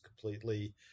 completely